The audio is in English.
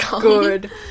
good